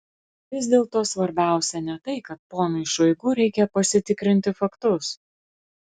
vis dėlto svarbiausia ne tai kad ponui šoigu reikia pasitikrinti faktus